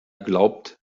glaubt